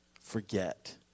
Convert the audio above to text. forget